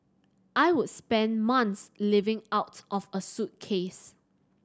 I would spend months living out of a suitcase